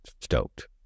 stoked